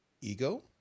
ego